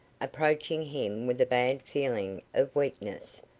approaching him with a bad feeling of weakness,